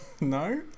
No